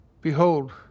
Behold